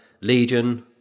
legion